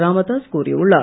ராமதாஸ் கூறியுள்ளார்